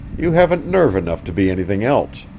you haven't nerve enough to be anything else.